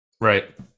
right